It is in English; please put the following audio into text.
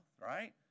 right